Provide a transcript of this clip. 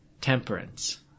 temperance